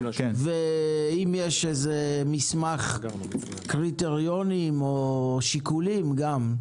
ואם יש מסמך קריטריונים או שיקולים להעביר גם לוועדה.